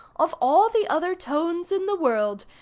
of all the other tones in the world,